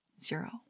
zero